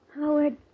Howard